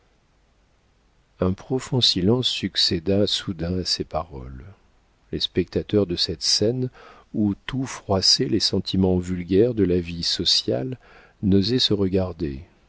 un profond silence succéda soudain à ces paroles les spectateurs de cette scène où tout froissait les sentiments vulgaires de la vie sociale n'osaient se regarder